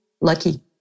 lucky